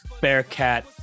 Bearcat